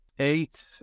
Eight